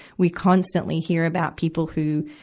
we constantly hear about people who,